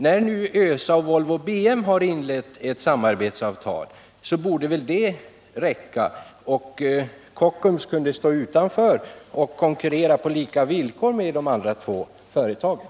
När nu ÖSA och Volvo BM har ingått ett samarbetsavtal borde det väl räcka. Kockums kunde stå utanför och konkurrera på lika villkor med de två andra företagen.